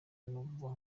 numva